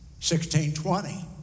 1620